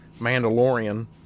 mandalorian